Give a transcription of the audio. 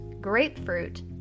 grapefruit